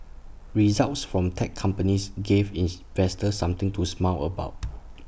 results from tech companies gave something to smile about